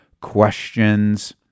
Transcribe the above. questions